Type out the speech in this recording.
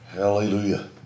Hallelujah